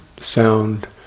Sound